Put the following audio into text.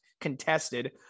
contested